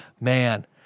man